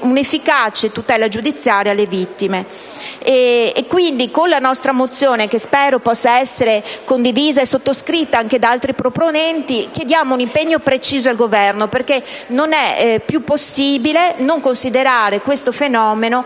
un'efficace tutela giudiziaria alle vittime. Pertanto, con la mozione n. 56, che spero possa essere condivisa e sottoscritta da altri colleghi, chiediamo un impegno preciso al Governo perché non è più possibile considerare questo fenomeno